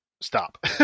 stop